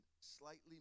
slightly